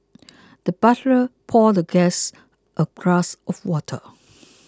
the butler poured the guest a glass of water